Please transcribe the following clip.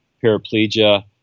paraplegia